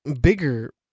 bigger